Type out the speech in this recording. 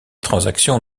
transactions